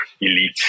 elite